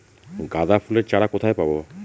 গাঁদা ফুলের চারা কোথায় পাবো?